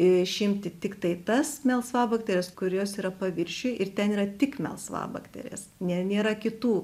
išimti tiktai tas melsvabakteres kurios yra paviršiuj ir ten yra tik melsvabakterės ne nėra kitų